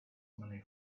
money